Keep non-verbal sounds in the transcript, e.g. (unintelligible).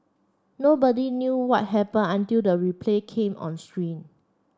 nobody knew what happened until the replay came on (unintelligible)